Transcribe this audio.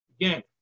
Again